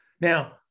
Now